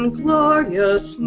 glorious